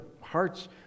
hearts